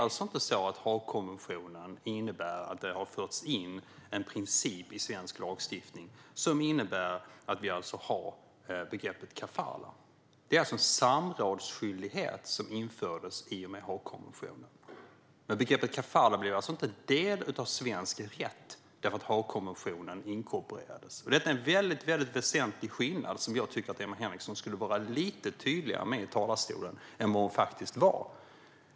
Haagkonventionen innebär inte att det har förts in en princip i svensk lagstiftning som medför att vi har begreppet kafalah. Det infördes en samrådsskyldighet i och med Haagkonventionen. Men begreppet kafalah blev inte en del av svensk rätt för att Haagkonventionen inkorporerades. Detta är en väsentlig skillnad, som jag tycker att Emma Henriksson skulle ha varit lite tydligare med i talarstolen än vad hon faktiskt var.